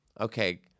Okay